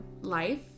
life